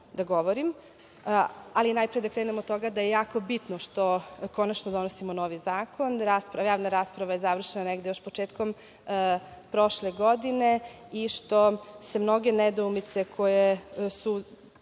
da govorim, ali najpre da krenem od toga da je jako bitno što konačno donosimo novi zakon, javna rasprava je završena još početkom prošle godine i što se mnoge nedoumice koje su